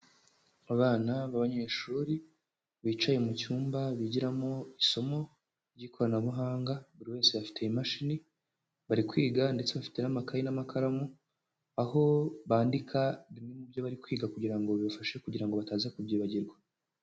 Abana b'abanyeshuri bicaye mu cyumba bigiramo isomo ry'ikoranabuhanga, buri wese afite imashini, bari kwiga ndetse bafite n'amakayi n'amakaramu, aho bandika bimwe mu byo bari kwiga kugira ngo bibafashe kugira ngo bataza kubyibagirwa.